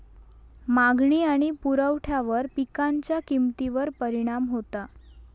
मागणी आणि पुरवठ्यावर पिकांच्या किमतीवर परिणाम होता